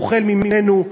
אוכל ממנו,